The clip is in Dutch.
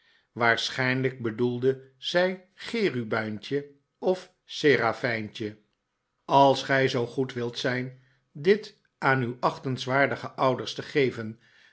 waarschijrilijk bedoelde zij cherubijntje of serafijntje als gij zoo goed wilt zijn dit aan uw achtenswaardige ouders te geven